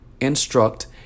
instruct